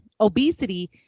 obesity